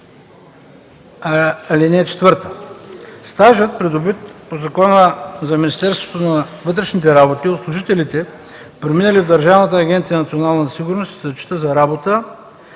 изпитване. (4) Стажът, придобит по Закона за Министерството на вътрешните работи, от служителите, преминали в Държавната агенция „Национална сигурност”, се зачита за работа